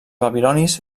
babilonis